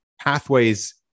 pathways-